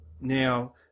Now